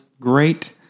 great